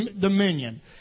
dominion